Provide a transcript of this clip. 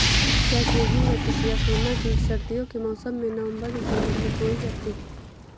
क्या गेहूँ या पिसिया सोना बीज सर्दियों के मौसम में नवम्बर दिसम्बर में बोई जाती है?